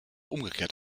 umgekehrt